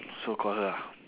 so call her ah